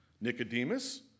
Nicodemus